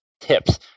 tips